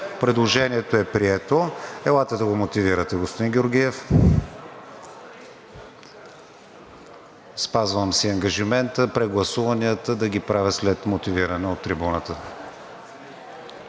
КРИСТИАН ВИГЕНИН: Елате да го мотивирате, господин Георгиев. Спазвам си ангажимента прегласуванията да ги правя след мотивиране от трибуната.